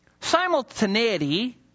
Simultaneity